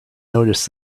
noticed